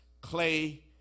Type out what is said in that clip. clay